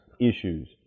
issues